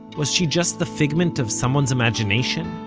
was she just the figment of someone's imagination?